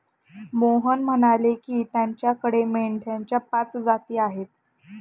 मोहन म्हणाले की, त्याच्याकडे मेंढ्यांच्या पाच जाती आहेत